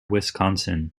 wisconsin